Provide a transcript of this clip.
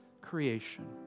creation